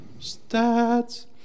Stats